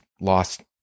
lost